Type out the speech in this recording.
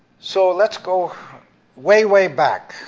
so let's go way, way back,